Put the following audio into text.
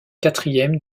quatrième